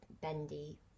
bendy